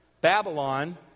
Babylon